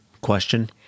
question